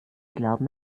glauben